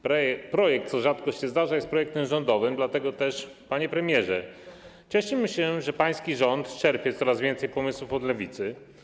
Projekt, co rzadko się zdarza, jest projektem rządowym, dlatego też, panie premierze, cieszymy się, że pański rząd czerpie coraz więcej pomysłów od Lewicy.